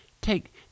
Take